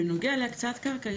בנוגע להקצאת קרקע,